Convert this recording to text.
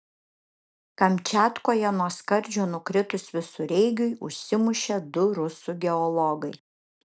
kamčiatkoje nuo skardžio nukritus visureigiui užsimušė du rusų geologai